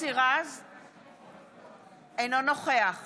אינו נוכח